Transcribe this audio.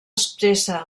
expressa